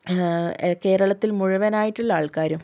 കേരളത്തിൽ മുഴുവനായിട്ടുള്ള ആൾക്കാരും